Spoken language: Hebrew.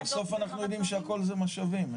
אבל בסוף אנחנו יודעים שהכול זה משאבים.